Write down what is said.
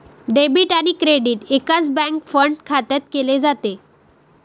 debit आणि credit एकाच bank fund खात्यात केले जाते